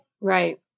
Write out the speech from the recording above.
right